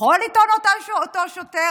יכול לטעון אותו שוטר: